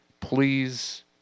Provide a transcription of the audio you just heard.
please